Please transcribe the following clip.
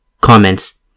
Comments